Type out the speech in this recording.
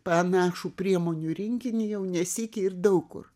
panašų priemonių rinkinį jau nesykį ir daug kur